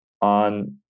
on